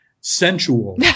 sensual